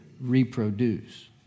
reproduce